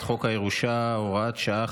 להעביר את הצעת חוק הירושה (הוראת שעה,